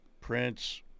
Prince